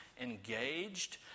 engaged